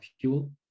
fuel